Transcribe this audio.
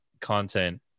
content